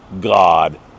God